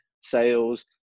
sales